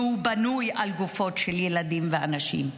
והוא בנוי על גופות של ילדים ואנשים.